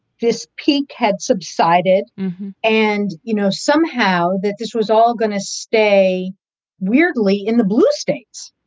this peak had subsided and you know somehow that this was all going to stay weirdly in the blue states,